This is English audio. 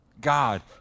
God